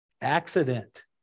accident